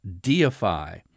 deify